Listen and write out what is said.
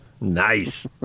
Nice